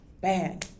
bang